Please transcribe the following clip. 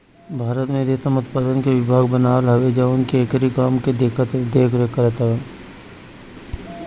भारत में रेशम उत्पादन के विभाग बनल हवे जवन की एकरी काम के देख रेख करत हवे